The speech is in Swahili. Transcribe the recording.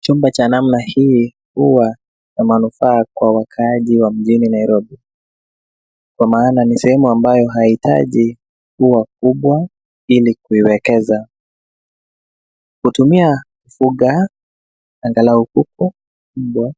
Chumba cha namna hii huwa ya manufaa kwa wakaaji wa mjini Nairobi ,kwa maana ni sehemu ambayo haihitaji kuwa kubwa ili kuiwekeza, Hutumia kufunga angalau kuku ,mbwa